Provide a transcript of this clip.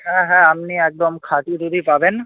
হ্যাঁ হ্যাঁ আপনি একদম খাঁটি দুধই পাবেন